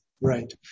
Right